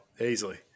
Easily